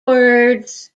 words